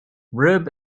rib